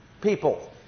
people